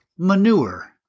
Manure